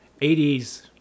80s